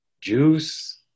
juice